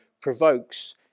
provokes